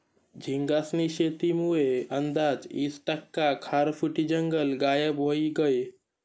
झींगास्नी शेतीमुये आंदाज ईस टक्का खारफुटी जंगल गायब व्हयी गयं